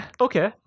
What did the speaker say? Okay